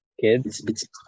kids